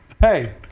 Hey